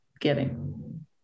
giving